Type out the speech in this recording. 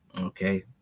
okay